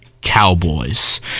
cowboys